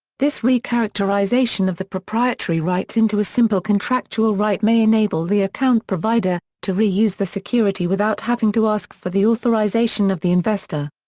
this re-characterization of the proprietary right into a simple contractual right may enable the account provider, to re-use the security without having to ask for the authorization of the investor.